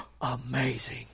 amazing